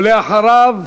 ואחריו,